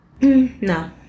No